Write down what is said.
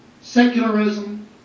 secularism